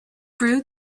brew